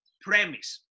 premise